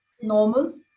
normal